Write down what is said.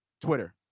Twitter